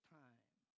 time